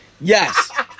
Yes